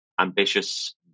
ambitious